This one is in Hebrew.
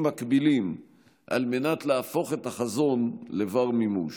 מקבילים על מנת להפוך את החזון לבר-מימוש: